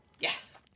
Yes